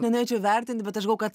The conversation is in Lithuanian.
nenorėčiau vertint bet aš galvojau kad